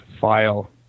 file